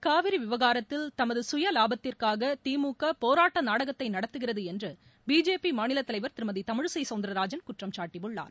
காவிரி விவகாரத்தில் தமது சுய வாபத்திற்காக திமுக போராட்ட நாடகத்தை நடத்துகிறது என்று பிஜேபி மாநிலத் தலைவர் திருமதி தமிழிசை சௌந்தரராஜன் குற்றம் சாட்டியுள்ளார்